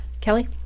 Kelly